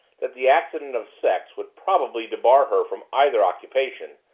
that the accident of sex would probably debar her from either occupation,